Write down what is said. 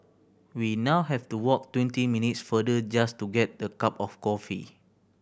we now have to walk twenty minutes farther just to get the cup of coffee